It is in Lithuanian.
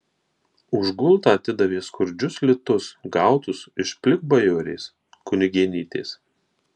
už gultą atidavė skurdžius litus gautus iš plikbajorės kunigėnytės